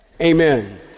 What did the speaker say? Amen